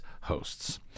hosts